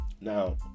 Now